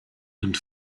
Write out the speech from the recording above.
and